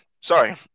Sorry